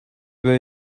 were